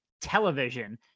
television